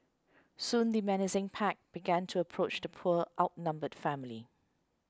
soon the menacing pack began to approach the poor outnumbered family